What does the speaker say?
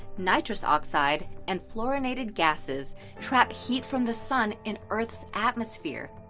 nitrous oxide and fluorinated gasses trap heat from the sun in earth's atmosphere.